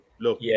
look